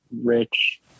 rich